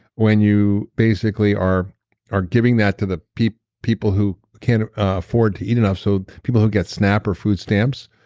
when you basically are are giving that to the people people who can afford to eat enough, so people who get snap or food stamps,